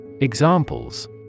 Examples